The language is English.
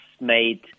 made